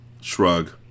Shrug